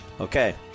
Okay